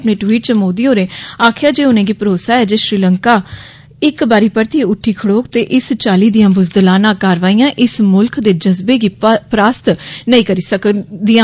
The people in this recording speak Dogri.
अपने टवीट च मोदी होरें आक्खेया उनेंगी भरोसा ऐ जे श्रीलंका इक बारी परतियै उठी खड़ोग ते इस चाली दिया ब्ज़दलाना कारवाइयां इस मुल्ख दे जज्बे गी पस्त नेई करी सकदियां